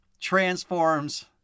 transforms